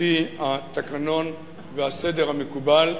על-פי התקנון והסדר המקובל,